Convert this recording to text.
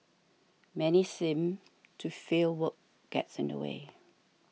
many seem to feel work gets in the way